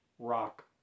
rock